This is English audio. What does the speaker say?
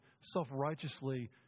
self-righteously